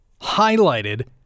highlighted